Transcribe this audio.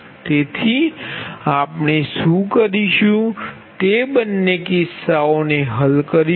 તેથી આપણે શું કરીશું તે બંને કિસ્સાઓને હલ કરીશું